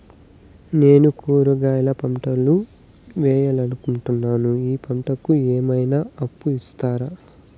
నేను కూరగాయల పంటలు వేయాలనుకుంటున్నాను, ఈ పంటలకు ఏమన్నా అప్పు ఇస్తారా?